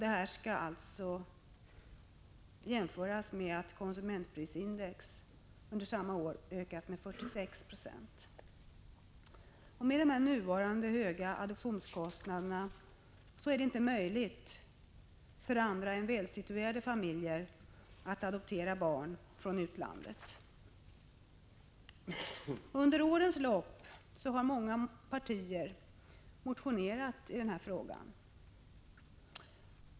Detta skall jämföras med konsumentprisindex som under samma tid ökade med 46 90. Med de nuvarande höga adoptionskostnaderna är det inte möjligt för andra än välsituerade familjer att adoptera barn från utlandet. Under årens lopp har företrädare för många partier motionerat i den här frågan i riksdagen.